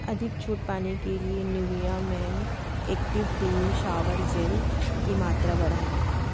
अधिक छूट पाने के लिए Nivea men active clean shower gel की मात्रा बढ़ाएँ